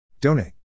Donate